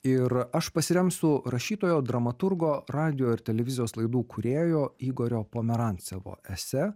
ir aš pasiremsiu rašytojo dramaturgo radijo ir televizijos laidų kūrėjo igorio pomerancevo ese